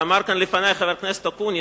ואמר כאן לפני חבר הכנסת אקוניס,